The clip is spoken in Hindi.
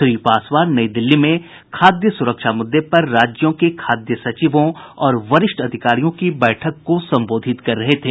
श्री पासवान नई दिल्ली में खाद्य सुरक्षा मुद्दे पर राज्यों के खाद्य सचिवों और वरिष्ठ अधिकारियों की बैठक को संबोधित कर रहे थे